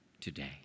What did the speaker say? today